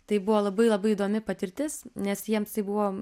tai buvo labai labai įdomi patirtis nes jiems tai buvo